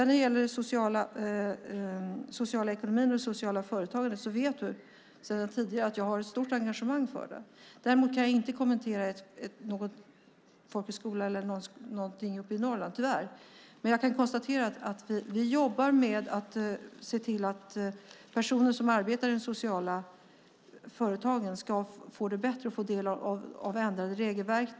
När det gäller den sociala ekonomin och det sociala företagandet vet du sedan tidigare att jag har ett stort engagemang för det. Däremot kan jag inte kommentera någon folkhögskola eller något annat i Norrland. Men jag konstaterar att vi jobbar för att se till att personer som arbetar i de sociala företagen ska få det bättre och få del av ändrade regelverk.